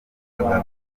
paul